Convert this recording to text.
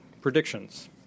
predictions